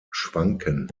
schwanken